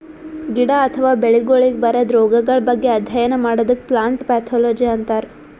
ಗಿಡ ಅಥವಾ ಬೆಳಿಗೊಳಿಗ್ ಬರದ್ ರೊಗಗಳ್ ಬಗ್ಗೆ ಅಧ್ಯಯನ್ ಮಾಡದಕ್ಕ್ ಪ್ಲಾಂಟ್ ಪ್ಯಾಥೊಲಜಿ ಅಂತರ್